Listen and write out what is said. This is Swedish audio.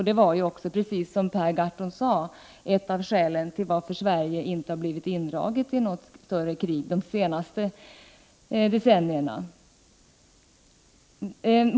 Det var också, som Per Garthon sade, ett av skälen till att Sverige inte blivit indraget i något större krig de senaste decennierna.